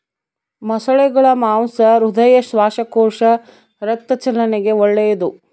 ಮೊಸಳೆಗುಳ ಮಾಂಸ ಹೃದಯ, ಶ್ವಾಸಕೋಶ, ರಕ್ತ ಚಲನೆಗೆ ಒಳ್ಳೆದು